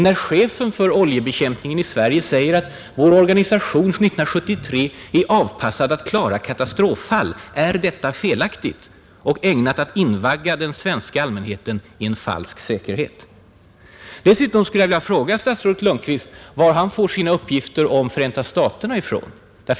När chefen för oljebekämpningen i Sverige säger att vår organisation 1973 blir avpassad att klara ”katastroffall” är detta felaktigt och ägnat att invagga den svenska allmänheten i en falsk säkerhet. Dessutom skulle jag vilja fråga statsrådet Lundkvist varifrån han fått sina uppgifter om Förenta staterna.